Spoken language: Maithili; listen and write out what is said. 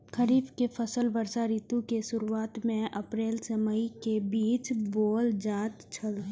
खरीफ के फसल वर्षा ऋतु के शुरुआत में अप्रैल से मई के बीच बौअल जायत छला